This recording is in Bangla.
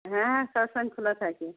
হ্যাঁ সবসময় খোলা থাকে